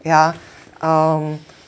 yeah um